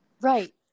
Right